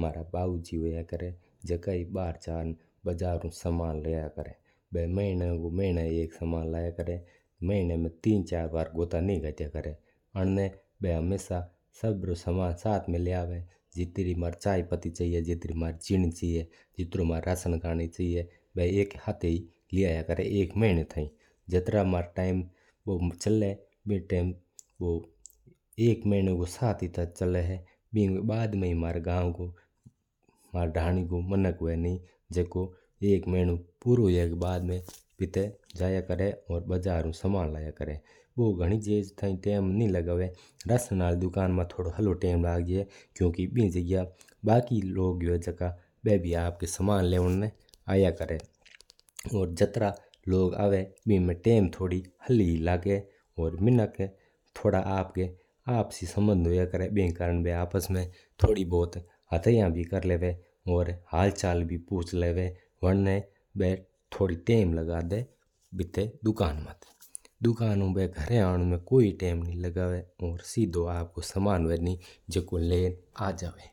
म्हारा बाउजी होया करा है जका ही भर जर्र बज्जर ऊ सामान लाया करा है। बा महिना ऊ महिना एक सामान लाया करा है। महिना में तीन-चार गोता कोण नक्या करा है बा हमेशा सबरो सामान एक साथ लंन आ जावा। जितरी माना चाय पत्ती चाहिजा जितरी माना शक्कर चावा उत्ती बा लंन आ जावा है। बा एक महिना रो सामान एक हाथा ही लंन आ जावा है जो एक महिना पूरा हुया बाद में ही सामान लंन आया करा है।